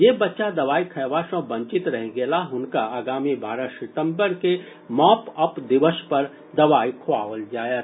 जे बच्चा दवाई खयबा सॅ वंचित रहि गेलाह हुनका आगामी बारह सितम्बर के मॉपअप दिवस पर दवाई खोआओल जायत